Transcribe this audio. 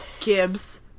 Gibbs